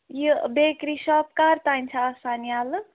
یہِ bakery shop کَر تانۍ چھِ آسان یَلہٕ